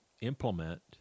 implement